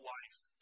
life